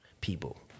people